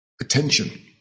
attention